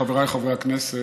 חבריי חברי הכנסת,